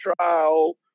trial